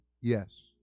yes